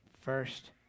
first